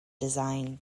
design